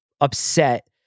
upset